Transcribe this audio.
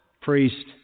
priest